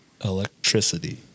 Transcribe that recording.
electricity